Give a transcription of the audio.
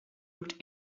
looked